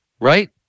Right